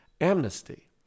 amnesty